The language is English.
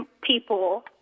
people